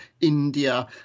India